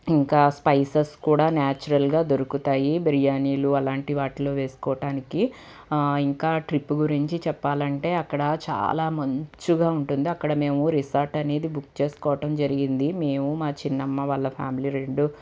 ఇంకా స్పైసెస్ కూడా నాచురల్గా దొరుకుతాయి బిర్యానిలు అలాంటి వాటిలో వేసుకోవటానికి ఇంకా ట్రిప్ గురించి చెప్పాలంటే అక్కడ చాలా మంచుగా ఉంటుంది అక్కడ మేము రిసార్ట్ అనేది బుక్ చేసుకోవడం జరిగింది మేము మా చిన్నమ్మ వాళ్ళ ఫ్యామిలీ రెండు